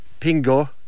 Pingo